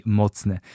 mocne